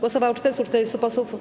Głosowało 440 posłów.